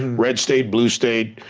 red state, blue state,